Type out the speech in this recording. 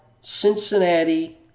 Cincinnati